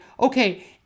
okay